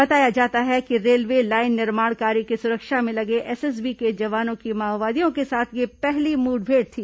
बताया जाता है कि रेलवे लाइन निर्माण कार्य की सुरक्षा में लगे एसएसबी के जवानों की माओवादियों के साथ यह पहली मुठभेड़ थी